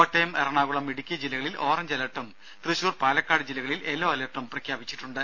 കോട്ടയം എറണാകുളം ഇടുക്കി ജില്ലകളിൽ ഓറഞ്ച് അലർട്ടും തൃശൂർ പാലക്കാട് ജില്ലകളിൽ യെല്ലോ അലർട്ടും പ്രഖ്യാപിച്ചിട്ടുണ്ട്